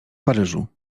paryżu